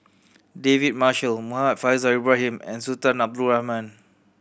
David Marshall Muhammad Faishal Ibrahim and Sultan Abdul Rahman